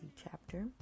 chapter